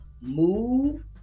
move